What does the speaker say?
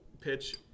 pitch